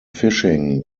fishing